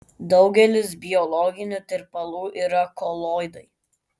daugelis biologinių tirpalų yra koloidai